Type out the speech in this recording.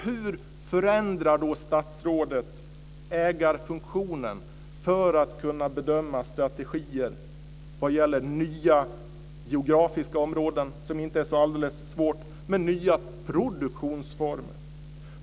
Hur förändrar statsrådet ägarfunktionen så att man kan bedöma strategier vad gäller nya geografiska områden, som inte är så svårt, och nya produktionsformer?